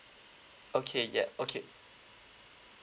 okay yup okay